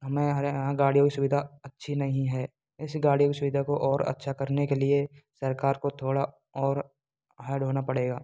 हमें हारे यहाँ गाड़ियों की सुविधा अच्छी नहीं है ऐसी गाड़ियों की सुविधा को और अच्छा करने के लिए सरकार को थोड़ा और हार्ड होना पड़ेगा